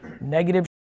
negative